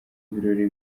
ibirori